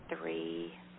three